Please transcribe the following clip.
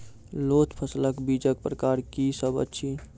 लोत फसलक बीजक प्रकार की सब अछि?